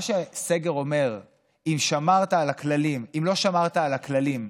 מה שסגר אומר: אם לא שמרת על הכללים,